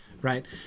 Right